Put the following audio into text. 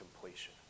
completion